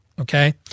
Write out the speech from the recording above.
Okay